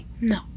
No